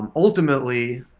and ultimately,